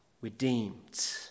redeemed